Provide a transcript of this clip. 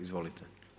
Izvolite.